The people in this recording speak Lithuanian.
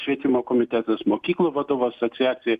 švietimo komitetas mokyklų vadovų asociacija